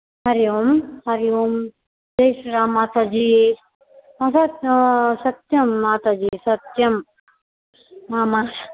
हरि ओं हरि ओं जैश्रीरां माताजि नाम सत्यं माताजि सत्यं नाम